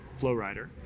Flowrider